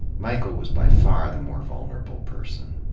michael was by far the more vulnerable person?